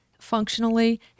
functionally